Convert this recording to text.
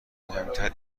مهمتر